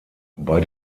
bei